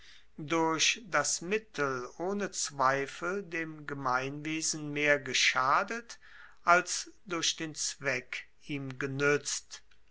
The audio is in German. durch das mittel ohne zweifel dem gemeinwesen mehr geschadet als durch den zweck ihm genuetzt